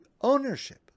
ownership